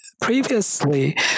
previously